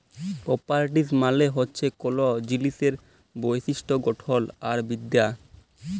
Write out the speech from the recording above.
properties মালে হছে কল জিলিসের বৈশিষ্ট গঠল আর বিদ্যা